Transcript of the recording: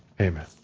amen